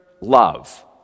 love